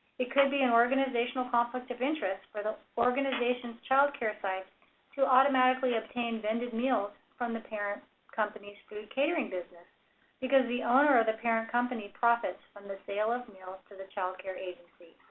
it could be an organizational conflict of interest for the organization's child care sites to automatically obtain vended meals from the parent company's food catering business because the owner of the parent company profits from the sale of meals to the child care agency.